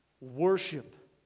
worship